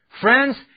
Friends